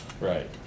right